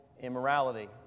immorality